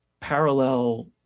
parallel